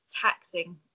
taxing